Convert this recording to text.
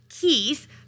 Keith